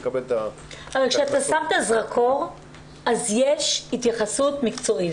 כאשר אתה שם את הזרקור אז יש התייחסות מקצועית.